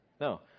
No